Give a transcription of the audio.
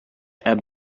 ebb